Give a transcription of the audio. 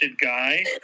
guy